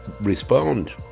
respond